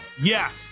Yes